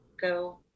go